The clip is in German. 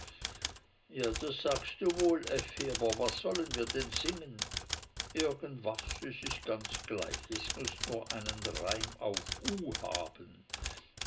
ja das sagst du wohl effi aber was sollen wir denn singen irgendwas es ist ganz gleich es muß nur einen reim auf u haben